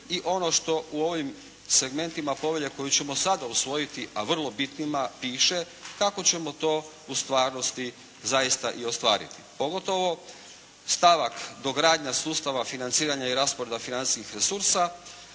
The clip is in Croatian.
i ono što u ovim segmentima povelje koje ćemo sada usvojiti, a vrlo bitnima piše, kako ćemo to u stvarnosti zaista i ostvariti pogotovo stavak dogradnja sustava financiranja i rasporeda financijskih resursa